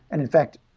and in fact,